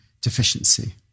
deficiency